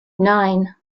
nine